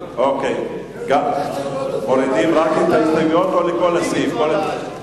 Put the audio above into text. אנחנו עוברים להצביע על הסתייגות לסעיף 3 של חברי הכנסת טלב אלסאנע,